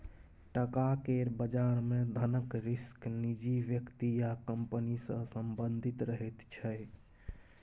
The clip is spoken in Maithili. टका केर बजार मे धनक रिस्क निजी व्यक्ति या कंपनी सँ संबंधित रहैत छै